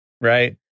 Right